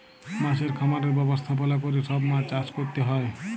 মাছের খামারের ব্যবস্থাপলা ক্যরে সব মাছ চাষ ক্যরতে হ্যয়